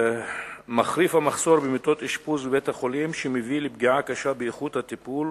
"מחריף המחסור במיטות אשפוז בבית-החולים שמביא לפגיעה קשה באיכות הטיפול